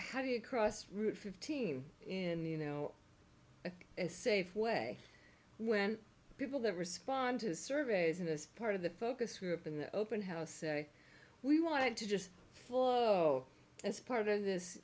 how do you cross route fifteen in the you know safeway when people that respond to surveys in this part of the focus group in the open house say we wanted to just fluoro as part of this